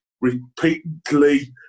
repeatedly